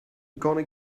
gonna